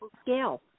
scale